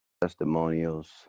testimonials